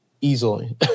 easily